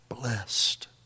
blessed